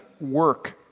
work